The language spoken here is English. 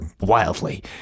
wildly